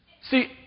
See